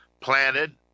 Planted